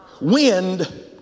Wind